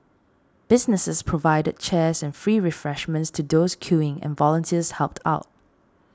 businesses provided chairs and free refreshments to those queuing and volunteers helped out